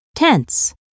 Tense